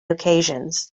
occasions